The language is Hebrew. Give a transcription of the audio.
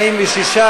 46,